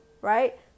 right